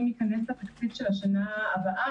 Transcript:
אם ייכנס התקציב של השנה הבאה,